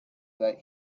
that